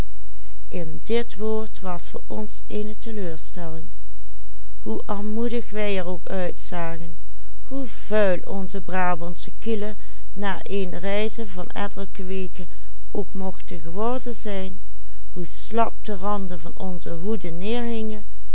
ook uitzagen hoe vuil onze brabantsche kielen na eene reize van ettelijke weken ook mochten geworden zijn hoe slap de randen van onze